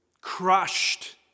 Crushed